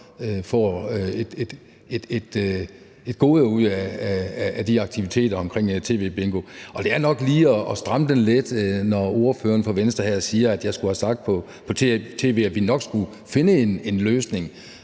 får glæde af de aktiviteter, SIFA TVBingo understøtter. Det er nok lige at stramme den lidt, når ordføreren for Venstre siger, at jeg skulle have sagt på tv, at vi nok skulle finde en løsning.